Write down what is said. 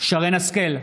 מרים השכל,